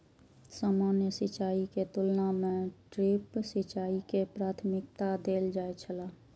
सामान्य सिंचाई के तुलना में ड्रिप सिंचाई के प्राथमिकता देल जाय छला